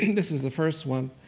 this is the first one,